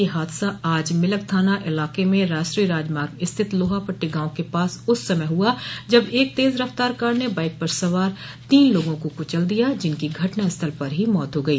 यह हादसा आज मिलक थाना इलाक में राष्ट्रीय राजमार्ग स्थित लोहा पट्टी गांव के पास उस समय हुआ जब एक तेज रफ़्तार कार ने बाईक पर सवार तीन लोगों को कुचल दिया जिनकी घटना स्थल पर ही मौत हो गई